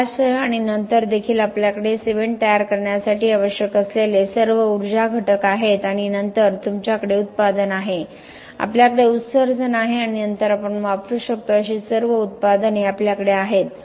fly एशसह आणि नंतर देखील आपल्याकडे सिमेंट तयार करण्यासाठी आवश्यक असलेले सर्व ऊर्जा घटक आहेत आणि नंतर तुमच्याकडे उत्पादन आहे आपल्याकडे उत्सर्जन आहे आणि नंतर आपण वापरू शकतो अशी सर्व उत्पादने आपल्याकडे आहेत